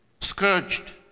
scourged